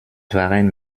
waren